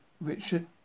Richard